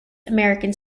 american